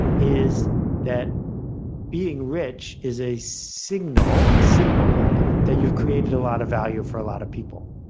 is that being rich is a signal, a symbol that you've created a lot of value for a lot of people.